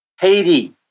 Haiti